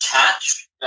Catch